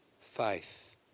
Faith